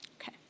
Okay